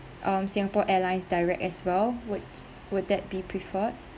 um singapore airline direct as well would would that be preferred